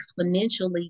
exponentially